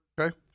okay